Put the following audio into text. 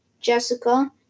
Jessica